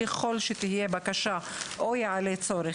ככל שתהיה בקשה או יעלה צורך,